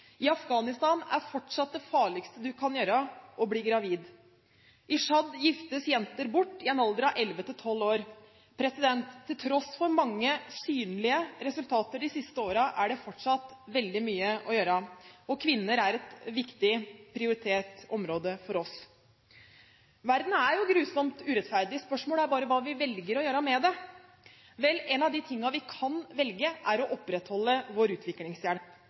I Afghanistan er fortsatt det farligste du kan gjøre, å bli gravid. I Tsjad giftes jenter bort i en alder av elleve–tolv år. Til tross for mange synlige resultater de siste årene, er det fortsatt veldig mye å gjøre, og kvinner er et viktig, prioritert område for oss. Verden er grusomt urettferdig. Spørsmålet er bare hva vi velger å gjøre med det. Vel, en av de tingene vi kan velge å gjøre, er å opprettholde vår utviklingshjelp.